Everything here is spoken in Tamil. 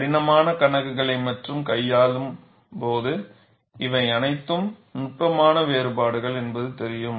கடினமான கணக்குகளை மக்கள் கையாளும் போது இவை அனைத்தும் நுட்பமான வேறுபாடுகள் என்பது தெரியும்